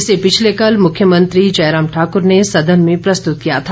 इसे पिछले कल मुख्यमंत्री जयराम ठाकुर ने सदन में प्रस्तुत किया था